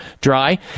dry